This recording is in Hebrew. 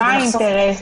מה האינטרס?